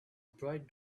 bright